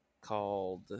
called